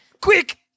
Quick